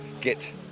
get